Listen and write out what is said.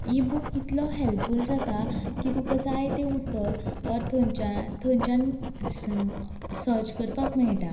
इ books इतलो helpful जाता की तुका जायतें उतर थंयच्यान थंयच्यान स सर्च करपाक मेळटा